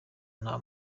nta